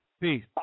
Peace